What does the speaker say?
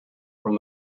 from